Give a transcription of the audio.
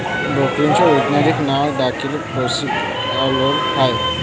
ब्रोकोलीचे वैज्ञानिक नाव देखील ब्रासिका ओलेरा आहे